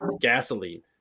gasoline